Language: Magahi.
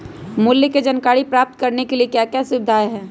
मूल्य के जानकारी प्राप्त करने के लिए क्या क्या सुविधाएं है?